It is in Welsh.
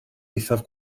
eithaf